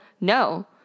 No